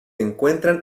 encuentran